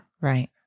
right